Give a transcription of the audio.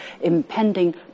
impending